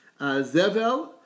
Zevel